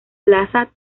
plaza